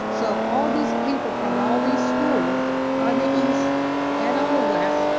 so all these people from all these schools on the east and on the west,